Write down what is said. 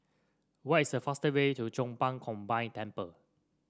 what is the faster way to Chong Pang Combined Temple